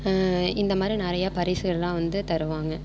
இந்த மாதிரி நிறையா பரிசுகளெலாம் வந்து தருவாங்கள்